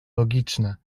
logiczne